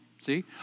See